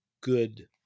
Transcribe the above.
good